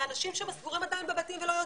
האנשים שם סגורים עדיין בבתים ולא יוצאים.